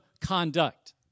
conduct